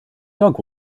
dog